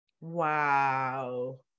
Wow